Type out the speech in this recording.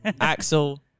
Axel